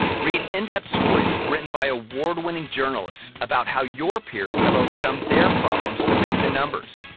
read in-depth stories written by award-winning journalists, about how your peers have overcome their problems to make the numbers.